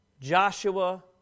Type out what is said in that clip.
Joshua